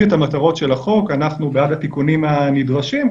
את המטרות של החוק אנחנו בעד התיקונים הנדרשים.